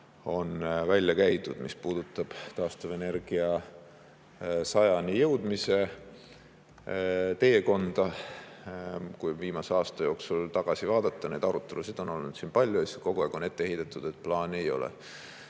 on välja käinud, mis puudutab taastuvenergia 100%-ni jõudmise teekonda. Viimase aasta jooksul, kui tagasi vaadata, on arutelusid olnud siin palju ja kogu aeg on ette heidetud, et plaani ei ole.